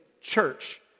church